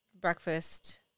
breakfast